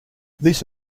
this